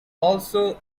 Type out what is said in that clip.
also